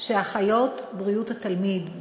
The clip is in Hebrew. שאחיות בריאות התלמיד,